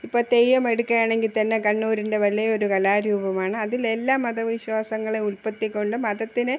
ഇപ്പോൾ തെയ്യം എടുക്കുകയാണെങ്കിൽ തന്നെ കണ്ണൂരിൻ്റെ വലിയൊരു കലാരൂപമാണ് അതിൽ എല്ലാ മതവിശ്വാസങ്ങളെ ഉൾപ്പെടുത്തിക്കൊണ്ട് മതത്തിനെ